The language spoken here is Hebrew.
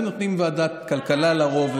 ונותנים ועדת כלכלה לרוב,